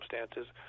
circumstances